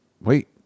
wait